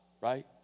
right